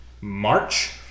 March